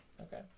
Okay